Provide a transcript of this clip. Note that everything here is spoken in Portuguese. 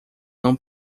não